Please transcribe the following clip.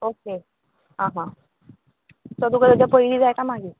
okay आं हा so तुका तेज्या पयलीं जाय काय मागीर